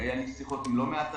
והיו לי שיחות עם לא מעט תעשיינים,